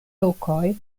lokoj